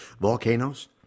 volcanoes